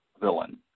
villain